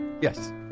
Yes